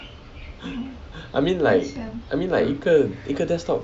I mean like I mean like 一个一个 desktop